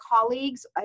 colleagues